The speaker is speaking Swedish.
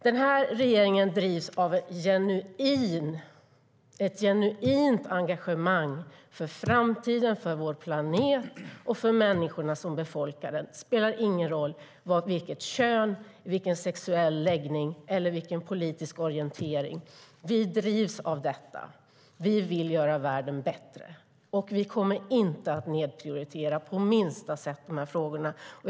Den här regeringen drivs av ett genuint engagemang för framtiden, för vår planet och för människorna som befolkar den, oavsett kön, sexuell läggning eller politisk orientering. Vi drivs av detta. Vi vill göra världen bättre. Vi kommer inte att nedprioritera de här frågorna på minsta sätt.